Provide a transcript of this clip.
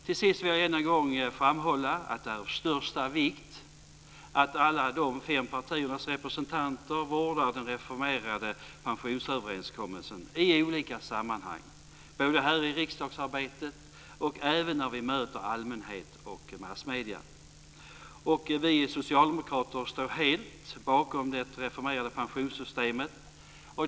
Till sist vill jag än en gång framhålla att det är av största vikt att alla de fem partiernas representanter vårdar den reformerade pensionsöverenskommelsen i olika sammanhang, både här i riksdagsarbetet och när vi möter allmänhet och massmedier. Vi socialdemokrater står helt bakom det reformerade pensionssystemet.